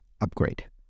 upgrade